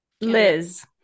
liz